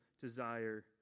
desire